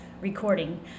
recording